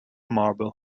marble